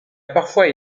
parfois